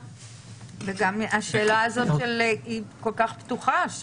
השאלה הזאת היא כל כך פתוחה.